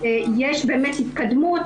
יש באמת התקדמות,